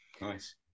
Nice